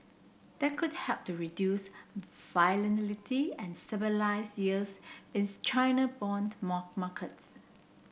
that could help to reduce volatility and stabilise yields is China bond market